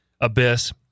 abyss